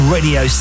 Radio